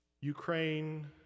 Ukraine